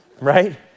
Right